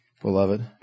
beloved